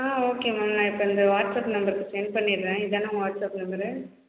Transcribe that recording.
ஆ okay ma'am நான் இப்போ இந்த வாட்ஸப் நம்பருக்கு சென்ட் பண்ணிடறேன் இதானே உங்கள் வாட்ஸ்அப் நம்பரு